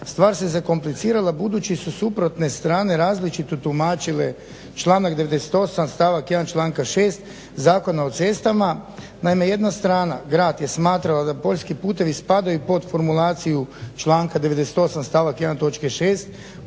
stvar se zakomplicirala budući su suprotne strane različito tumačile članak 98. stavak 1. članka 6. Zakona o cestama. Naime jedna strana grad je smatrao da poljski putevi spadaju pod formulaciju članka 98. stavak 1.